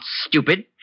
stupid